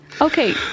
Okay